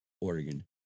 Oregon